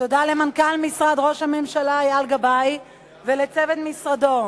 תודה למנכ"ל משרד ראש הממשלה אייל גבאי ולצוות משרדו,